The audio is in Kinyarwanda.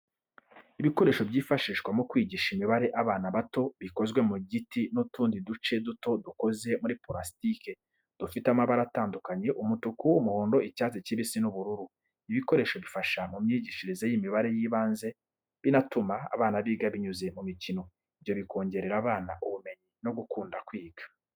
Ibikoresho byifashishwa mu kwigisha imibare abana bato, bikozwe mu giti n’utundi duce duto dukoze muri purasitike, dufite amabara atandukanye umutuku, umuhondo, icyatsi kibisi n’ubururu. Ibi bikoresho bifasha mu myigishirize y’imibare y’ibanze, binatuma abana biga binyuze mu mikino, ibyo bikongerera abana ubumenyi no gukunda kwiga.